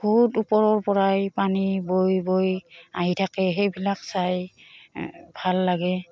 বহুত ওপৰৰপৰাই পানী বৈ বৈ আহি থাকে সেইবিলাক চাই ভাল লাগে